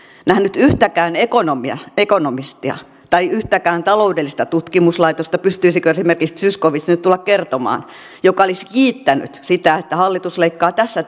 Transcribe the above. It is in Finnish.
nähneet yhtäkään ekonomistia tai yhtäkään taloudellista tutkimuslaitosta pystyisikö esimerkiksi zyskowicz nyt tulemaan kertomaan joka olisi kiittänyt sitä että hallitus leikkaa tässä